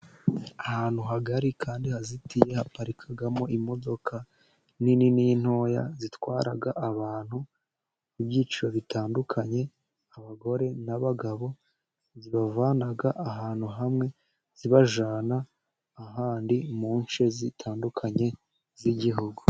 Ahantu hagari kandi hazitiye haparikamo imodoka inini n'intoya, zitwara abantu ibyiciro bitandukanye abagore n'abagabo, zibavana ahantu hamwe zibajyana ahandi mu nce zitandukanye z'igihugu.